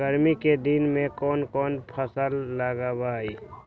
गर्मी के दिन में कौन कौन फसल लगबई?